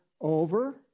over